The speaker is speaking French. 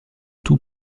tout